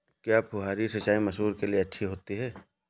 क्या फुहारी सिंचाई मसूर के लिए अच्छी होती है?